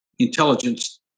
Intelligence